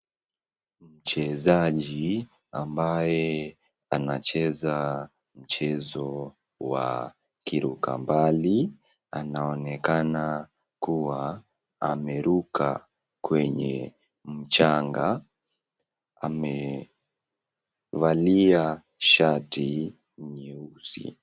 Mchezaji ambaye anacheza mchezo wa kiruka mbali anaonekana kuwa ameruka kwenye mchanga. Amevalia shati nyeusi.